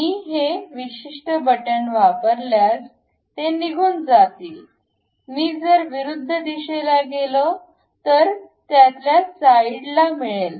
मी हे विशिष्ट बटन वापरल्यास ते निघून जातील मी जर विरुद्ध दिशेला गेलो तर त्यातल्या साईडला मिळेल